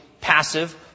passive